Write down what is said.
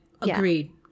Agreed